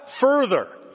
further